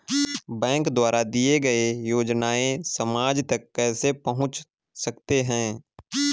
Bank द्वारा दिए गए योजनाएँ समाज तक कैसे पहुँच सकते हैं?